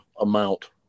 amount